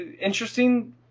interesting